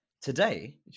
Today